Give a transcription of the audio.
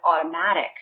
automatic